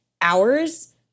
hours